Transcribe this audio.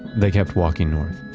they kept walking north.